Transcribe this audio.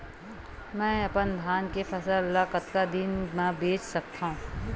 मैं अपन धान के फसल ल कतका दिन म बेच सकथो?